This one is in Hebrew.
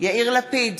יאיר לפיד,